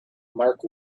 mark